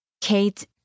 Kate